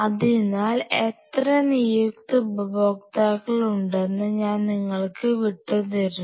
അതിനാൽ എത്ര നിയുക്ത ഉപയോക്താക്കൽ ഉണ്ടെന്നത് ഞാൻ നിങ്ങള്ക്ക് വിട്ടു തരുന്നു